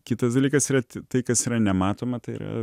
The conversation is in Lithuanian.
kitas dalykas yra tai kas yra nematoma tai yra